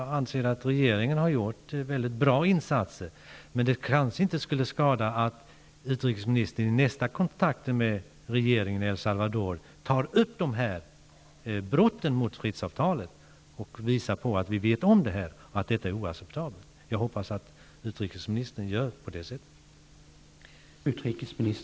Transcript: Jag anser att regeringen har gjort mycket bra insatser, men det kanske inte skulle skada om utrikesministern vid nästa kontakt med regeringen i El Salvador tog upp de här brotten mot fredsavtalet -- visar på att vi vet om dem -- och framhöll att de är oacceptabla. Jag hoppas att utrikesministern gör det.